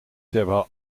terwijl